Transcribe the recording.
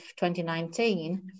2019